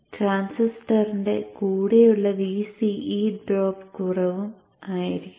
ട്രാന്സിസ്റ്ററിൽ കൂടെയുള്ള Vce drop കുറവും ആയിരിക്കും